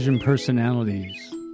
personalities